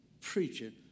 preaching